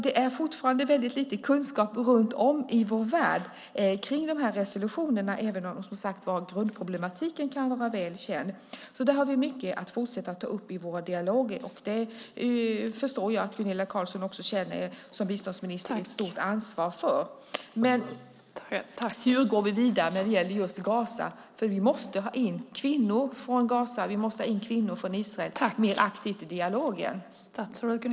Det finns fortfarande väldigt lite kunskap runt om i vår värld om resolutionerna, även om grundproblematiken kan vara väl känd. Där har vi mycket att fortsätta att ta upp i våra dialoger. Jag förstår att Gunilla Carlsson som biståndsminister också känner ett stort ansvar för det. Men hur går vi vidare när det gäller just Gaza? Vi måste ha in kvinnor från Gaza och från Israel mer aktivt i dialogen.